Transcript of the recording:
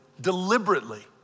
deliberately